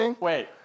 Wait